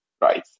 right